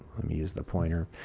let me use the pointer.